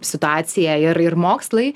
situacija ir ir mokslai